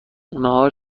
نهار